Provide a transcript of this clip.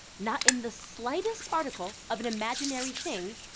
not in the slightest particle of an imaginary thing,